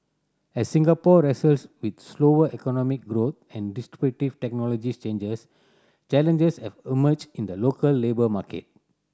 as Singapore wrestles with slower economic growth and disruptive technologies changes challenges have emerged in the local labour market